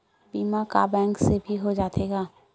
बीमा का बैंक से भी हो जाथे का?